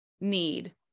need